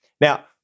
Now